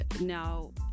Now